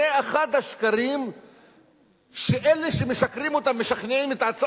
זה אחד השקרים שאלה שמשקרים אותם משכנעים את עצמם,